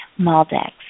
Maldex